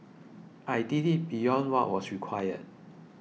I did it beyond what was required